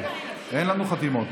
אין לנו חתימות.